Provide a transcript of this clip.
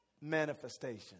manifestation